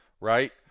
right